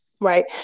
right